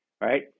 right